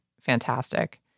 fantastic